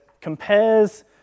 compares